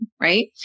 right